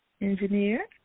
Engineer